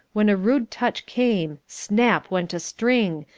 when a rude touch came, snap! went a string,